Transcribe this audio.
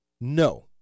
No